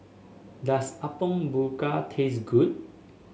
does Apom Berkuah taste good